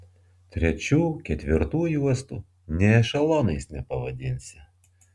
trečių ketvirtų juostų nė ešelonais nepavadinsi